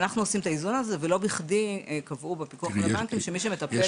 ואנחנו עושים את האיזון הזה ולא בכדי קבעו בפיקוח על הבנקים שמי שמטפל